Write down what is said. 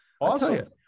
Awesome